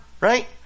right